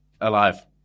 alive